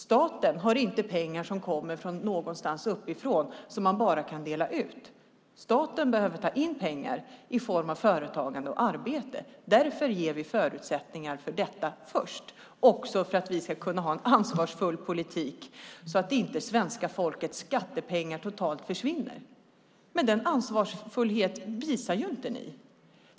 Staten har inte pengar som kommer någonstans uppifrån och som man bara kan dela ut. Staten behöver ta in pengar från företagande och arbete. Därför ger vi förutsättningar för detta först, också för att vi ska kunna föra en ansvarsfull politik så att inte svenska folkets skattepengar totalt försvinner. Men denna ansvarsfullhet visar inte ni.